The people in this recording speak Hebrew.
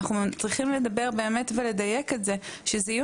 אנחנו צריכים לדבר ולדייק כך שאלו יהיו